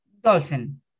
Dolphin